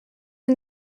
and